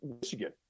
Michigan